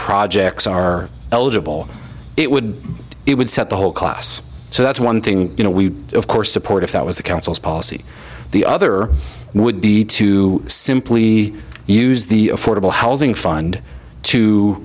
projects are eligible it would it would set the whole class so that's one thing you know we of course support if that was the council's policy the other would be to simply use the affordable housing fund to